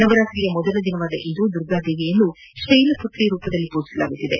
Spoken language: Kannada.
ನವರಾತ್ರಿ ಮೊದಲ ದಿನವಾದ ಇಂದು ದುರ್ಗಾದೇವಿಯನ್ನು ಶ್ಯೆಲಮತ್ರಿ ರೂಪದಲ್ಲಿ ಪೂಜಿಸಲಾಗುತ್ತಿದೆ